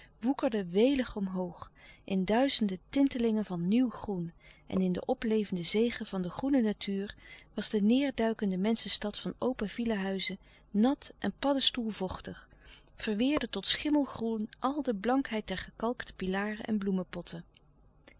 woekerden welig omhoog in duizende tintelingen van nieuw groen en in de oplevende zege van de groene natuur was de neêrduikende menschenstad van open villa huizen nat en padde stoelvochtig verweerde tot schimmelgroen al de blankheid der gekalkte pilaren en bloemepotten